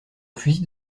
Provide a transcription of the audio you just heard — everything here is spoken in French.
fusil